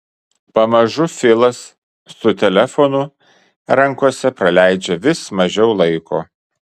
pamažu filas su telefonu rankose praleidžia vis mažiau laiko